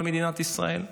על מדינת ישראל.